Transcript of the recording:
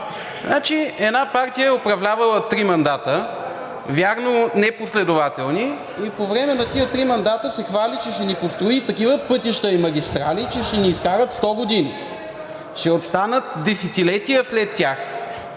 Една партия е управлявала три мандата, вярно не последователни, и по време на тези три мандата се хвали, че ще ни построи такива пътища и магистрали, че ще ни изкарат 100 години, ще останат десетилетия след тях.